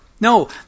No